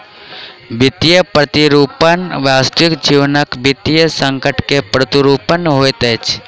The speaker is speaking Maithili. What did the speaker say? वित्तीय प्रतिरूपण वास्तविक जीवनक वित्तीय संकट के प्रतिरूपण होइत अछि